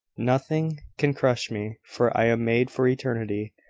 nothing can crush me, for i am made for eternity.